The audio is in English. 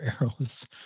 arrows